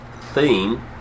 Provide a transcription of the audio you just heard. theme